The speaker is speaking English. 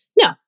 No